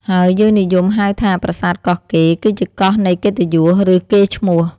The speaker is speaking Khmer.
ហើយយើងនិយមហៅថា "ប្រាសាទកោះកេរ" គឺជាកោះនៃកិត្តិយស ឬកេរ្តិ៍ឈ្មោះ ។